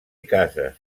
cases